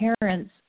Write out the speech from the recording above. parents